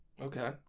Okay